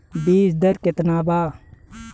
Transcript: बीज दर केतना वा?